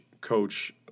coach